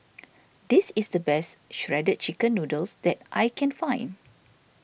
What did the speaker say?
this is the best Shredded Chicken Noodles that I can find